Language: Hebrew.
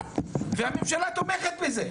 והממשלה תומכת בזה.